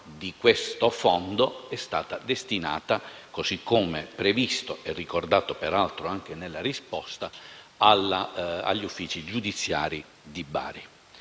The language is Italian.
di questo Fondo è stata destinata, così come previsto e ricordato peraltro anche nella risposta, agli uffici giudiziari di Bari.